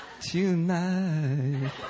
Tonight